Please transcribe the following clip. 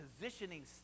positioning